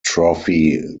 trophy